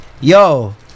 yo